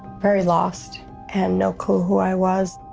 very lost and no clue who i was.